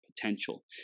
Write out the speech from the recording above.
Potential